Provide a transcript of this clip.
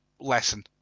lesson